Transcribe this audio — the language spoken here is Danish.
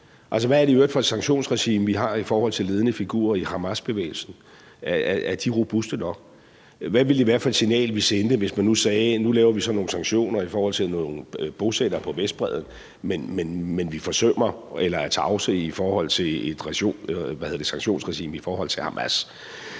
Hvad er det i øvrigt for et sanktionsregime, vi har i forhold til ledende figurer i Hamasbevægelsen? Er det robust nok? Hvad ville det være for et signal, vi sendte, hvis man nu sagde, at nu laver vi sådan nogle sanktioner i forhold til nogle bosættere på Vestbredden, samtidig med at vi er tavse i forhold til et sanktionsregime over for Hamas?